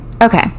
Okay